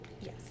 Yes